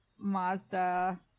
Mazda